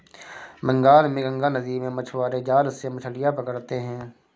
बंगाल में गंगा नदी में मछुआरे जाल से मछलियां पकड़ते हैं